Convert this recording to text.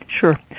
Sure